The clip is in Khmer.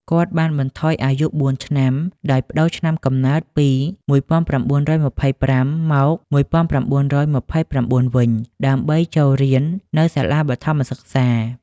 គាត់ បានបន្ថយអាយុបួនឆ្នាំ ដោយប្តូរឆ្នាំកំណើតពី១៩២៥ មក ១៩២៩វិញ ដើម្បីបានចូលរៀននៅសាលាបឋមសិក្សា។